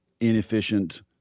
inefficient